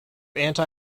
anti